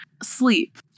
Sleep